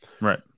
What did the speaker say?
right